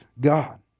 God